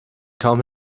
kaum